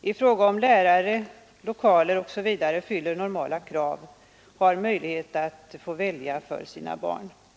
i fråga om lärare, lokaler osv. fyller normala krav, har möjlighet att välja för sina barn.